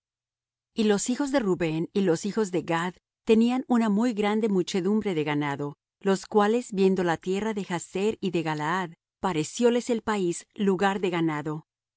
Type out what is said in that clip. y los hijos de rubén y los hijos de gad tenían una muy grande muchedumbre de ganado los cuales viendo la tierra de jazer y de galaad parecióles el país lugar de ganado